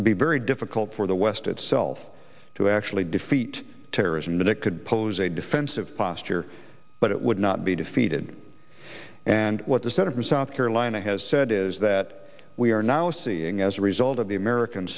be very difficult for the west itself to actually defeat terrorism that it could pose a defensive posture but it would not be defeated and what the senator south carolina has said is that we are now seeing as a result of the american